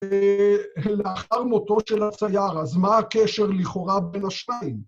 לאחר מותו של הצייר. אז מה הקשר לכאורה בין השניים?